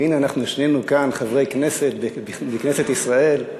והנה אנחנו שנינו כאן חברי כנסת בכנסת ישראל.